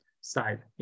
side